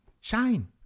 Shine